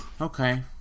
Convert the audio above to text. okay